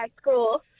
school